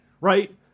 right